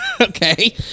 okay